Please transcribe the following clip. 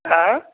হ্যাঁ